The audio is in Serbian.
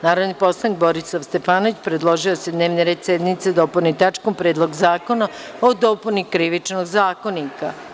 Narodni poslanik Borislav Stefanović predložio je da se dnevni red sednice dopuni tačkom – Predlog zakona o dopuni Krivičnog zakonika.